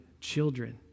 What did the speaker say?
children